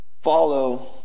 follow